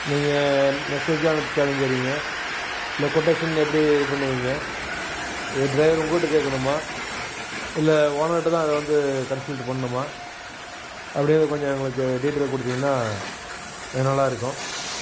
நீங்கள் மெசேஜ்ஜாக அனுப்பிச்சாலும் சரிங்க இல்லை கொட்டேஷன் எப்படி இது பண்ணுவீங்கள் இது டிரைவர் உங்க கிட்ட கேட்கணுமா இல்லை ஓனர்கிட்ட தான் அதை வந்து கன்சல்ட் பண்ணுமா அப்படியே கொஞ்சம் எங்களுக்கு டீடைல் கொடுத்தீங்கன்னா கொஞ்சம் நல்லாயிருக்கும்